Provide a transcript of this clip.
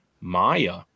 Maya